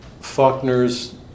Faulkner's